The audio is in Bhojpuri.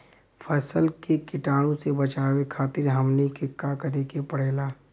फसल के कीटाणु से बचावे खातिर हमनी के का करे के पड़ेला?